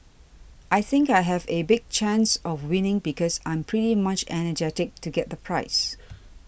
I think I have a big chance of winning because I'm pretty much energetic to get the prize